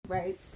right